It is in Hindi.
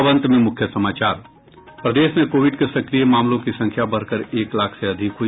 और अब अंत में मुख्य समाचार प्रदेश में कोविड के सक्रिय मामलों की संख्या बढ़कर एक लाख से अधिक हई